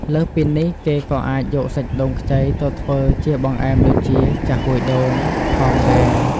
លើសពីនេះ គេក៏អាចយកសាច់ដូងខ្ចីទៅធ្វើជាបង្អែមដូចជា ចាហ៊ួយដូង ផងដែរ។